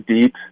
deep